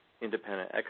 independent